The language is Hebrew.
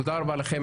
תודה רבה לכם.